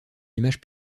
image